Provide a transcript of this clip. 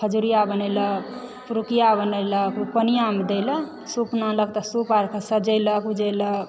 खजुरिया बनयलक पिरुकिया बनयलक कोनियामे दय लऽ सूप लानलक तऽ सूप आरके सजयलक उजेलक